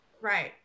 Right